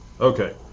Okay